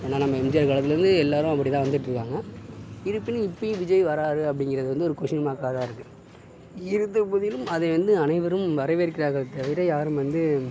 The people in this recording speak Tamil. ஏன்னா நம்ம எம்ஜிஆர் காலத்திலிருந்து எல்லாரும் அப்படிதான் வந்துகிட்ருக்காங்க இருப்பினும் இப்பவும் விஜய் வர்றாரு அப்படிங்கிறது வந்து ஒரு கொஸ்டின் மார்க்காகதான் இருக்குது இருந்த போதிலும் அதை வந்து அனைவரும் வரவேற்கிறார்கள் தவிர யாரும் வந்து